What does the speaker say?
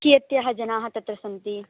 कियत्यः जनाः तत्र सन्ति